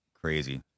crazy